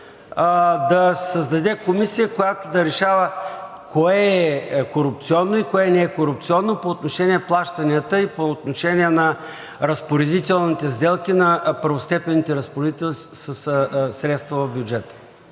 се създаде комисия, която да решава кое е корупционно и кое не е корупционно по отношение плащанията и по отношение на разпоредителните сделки на първостепенните разпоредители със средства в бюджета.